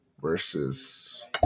versus